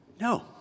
No